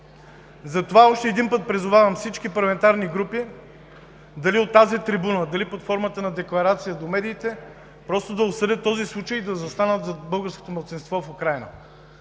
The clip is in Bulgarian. Затова още веднъж призовавам всички парламентарни групи – дали от тази трибуна, дали под формата на декларация до медиите, но да осъдят този случай и да застанат зад българското малцинство в Украйна.